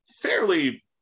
fairly